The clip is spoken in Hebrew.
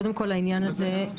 קודם כל, העניין הזה,